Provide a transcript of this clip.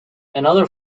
another